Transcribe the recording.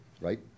right